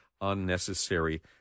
unnecessary